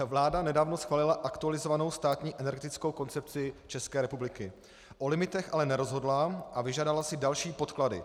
Vláda nedávno schválila aktualizovanou Státní energetickou koncepci České republiky, o limitech ale nerozhodla a vyžádala si další podklady.